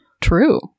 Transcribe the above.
True